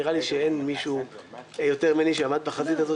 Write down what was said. נראה לי שאין מישהו יותר ממני שעמד בחזית הזאת